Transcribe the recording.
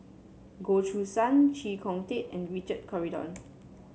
Goh Choo San Chee Kong Tet and Richard Corridon